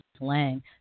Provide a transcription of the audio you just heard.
Lang